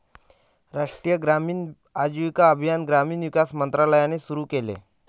राष्ट्रीय ग्रामीण आजीविका अभियान ग्रामीण विकास मंत्रालयाने सुरू केले